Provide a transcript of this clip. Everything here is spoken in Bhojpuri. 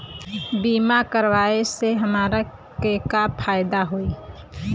बीमा कराए से हमरा के का फायदा होई?